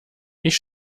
ich